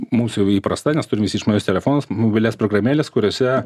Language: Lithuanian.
mums jau įprasta nes turim visi išmanius telefonus mobilias programėles kuriose